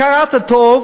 הכרת הטוב